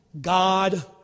God